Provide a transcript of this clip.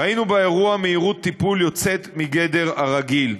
ראינו באירוע מהירות טיפול יוצאת מגדר הרגיל.